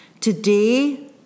Today